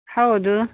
ಹೌದು